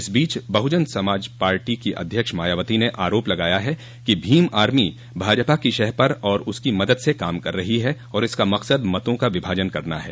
इस बीच बहुजन समाज पार्टी की अध्यक्ष मायावती ने आरोप लगाया है कि भीम आर्मी भाजपा की शह पर और उसकी मदद से काम कर रही है और इसका मकसद मतों का विभाजन करना है